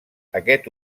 aquest